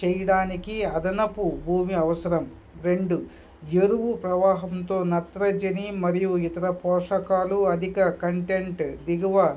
చేయడానికి అదనపు భూమి అవసరం రెండు ఎరువు ప్రవాహంతో నత్రజని మరియు ఇతర పోషకాలు అధిక కంటెంట్ దిగువ